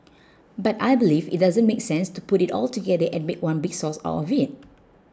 but I believe it doesn't make sense to put it all together and make one big sauce out of it